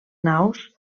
naus